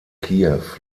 kiew